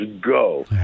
go